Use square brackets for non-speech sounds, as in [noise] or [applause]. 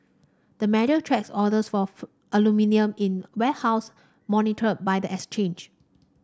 the measure tracks orders for [unintelligible] aluminium in warehouse monitored by the exchange